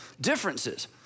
differences